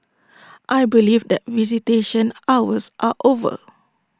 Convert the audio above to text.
I believe that visitation hours are over